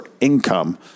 income